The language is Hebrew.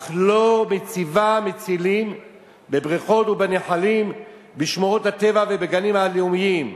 אך לא מציבה מצילים בבריכות ובנחלים בשמורות הטבע ובגנים הלאומיים,